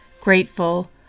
grateful